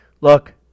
look